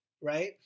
right